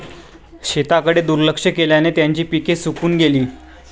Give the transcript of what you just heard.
शेताकडे दुर्लक्ष केल्याने त्यांची पिके सुकून गेली